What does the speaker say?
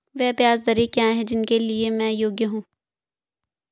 वे ब्याज दरें क्या हैं जिनके लिए मैं योग्य हूँ?